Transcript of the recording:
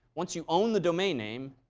once you own the domain name,